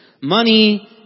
Money